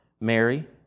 Mary